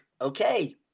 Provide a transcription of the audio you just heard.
okay